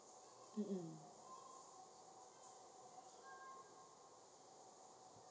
um um